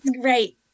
Great